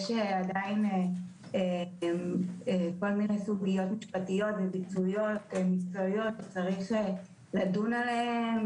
יש עדיין כל מיני סוגיות משפטיות וביצועיות שצריך לדון בהן,